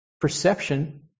perception